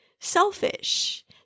selfish